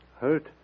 Hurt